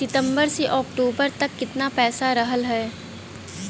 सितंबर से अक्टूबर तक कितना पैसा रहल ह?